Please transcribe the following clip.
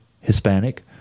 Hispanic